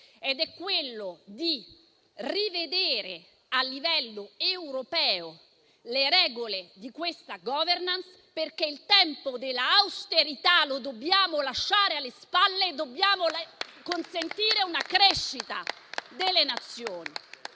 al fatto di rivedere a livello europeo le regole di questa *governance*, perché il tempo dell'austerità lo dobbiamo lasciare alle spalle e dobbiamo consentire una crescita delle Nazioni,